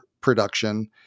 production